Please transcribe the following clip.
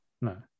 No